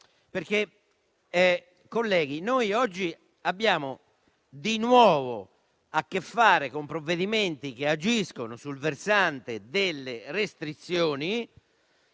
generale. Colleghi, oggi abbiamo di nuovo a che fare con provvedimenti che agiscono sul versante delle restrizioni